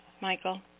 Michael